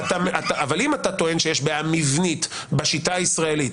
אבל אם אתה טוען שיש בעיה מבנית בשיטה הישראלית